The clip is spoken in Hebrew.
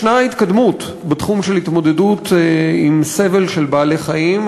ישנה התקדמות בתחום של התמודדות עם סבל של בעלי-חיים,